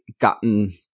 gotten